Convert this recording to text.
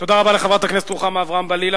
תודה רבה לחברת הכנסת רוחמה אברהם-בלילא.